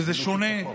שזה שונה,